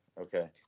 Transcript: Okay